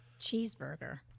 cheeseburger